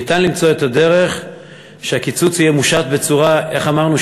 ניתן למצוא את הדרך שהקיצוץ יהיה מושת, איך אמרנו?